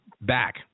back